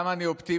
למה אני אופטימי